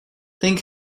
think